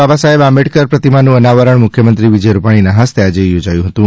બાબા સાહેબ આંબેડકર પ્રતિમાનું અનાવરણ મુખ્યમંત્રી વિજય રૂપાણીના હસ્તે આજે યોજાઇ ગયું